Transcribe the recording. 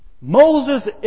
Moses